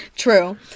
True